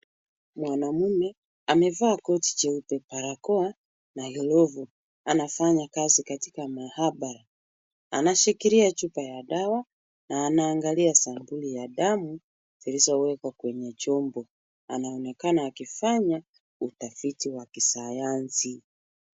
Mwanaume amevaa koti jeupe, barakoa na glovu , anafanya kazi katika maabara. Anashikilia chupa ya dawa na anaangalia sampuli ya damu zilizowekwa kwenye chombo. Anaonekana akifanya utafiti wa kisayansi.